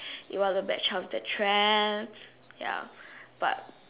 it was a bad choice of their trends ya but